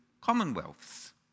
commonwealths